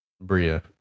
Bria